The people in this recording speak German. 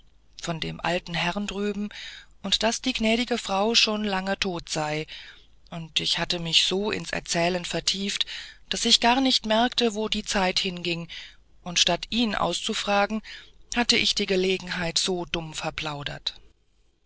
von dem alten herrn drüben und daß die gnädige frau schon lange tot sei und ich hatte mich so ins erzählen vertieft daß ich gar nicht merkte wo die zeit hinging und statt ihn auszufragen hatte ich die gelegenheit so dumm verplaudert